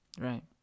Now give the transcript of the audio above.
Right